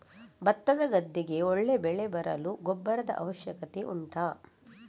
ಭತ್ತದ ಗದ್ದೆಗೆ ಒಳ್ಳೆ ಬೆಳೆ ಬರಲು ಗೊಬ್ಬರದ ಅವಶ್ಯಕತೆ ಉಂಟಾ